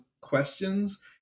questions